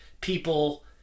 people